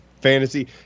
Fantasy